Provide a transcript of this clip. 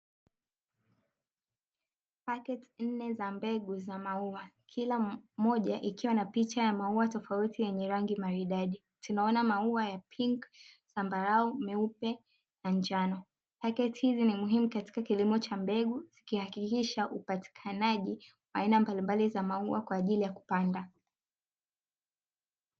Paketi nne za mbegu za maua, kila moja ikiwa na picha ya maua tofauti yenye rangi maridadi, tunaona maua ya pinki, zambarau, meupe na njano. Paketi hizi ni muhimu katika kilimo cha mbegu, zikihakikisha upatikanaji wa aina mbalimbali za maua kwa ajili ya kupanda.